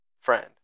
friend